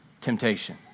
temptation